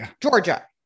Georgia